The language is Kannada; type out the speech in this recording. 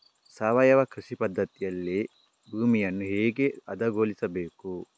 ಸಾವಯವ ಕೃಷಿ ಪದ್ಧತಿಯಲ್ಲಿ ಭೂಮಿಯನ್ನು ಹೇಗೆ ಹದಗೊಳಿಸಬೇಕು?